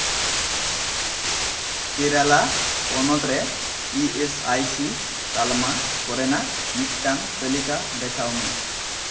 ᱠᱮᱨᱟᱞᱟ ᱯᱚᱱᱚᱛ ᱨᱮ E S I C ᱛᱟᱞᱢᱟ ᱠᱚᱨᱮᱱᱟᱜ ᱢᱤᱫᱴᱟᱝ ᱛᱟᱹᱞᱤᱠᱟ ᱫᱮᱠᱷᱟᱣ ᱢᱮ